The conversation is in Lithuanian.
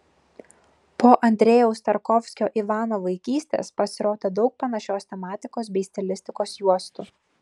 po andrejaus tarkovskio ivano vaikystės pasirodė daug panašios tematikos bei stilistikos juostų